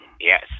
Yes